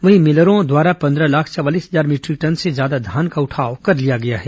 वहीं मिलरों द्वारा पंद्रह लाख चवालीस हजार मीटरिक टन से ज्यादा धान का उठाव कर लिया गया है